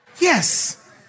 Yes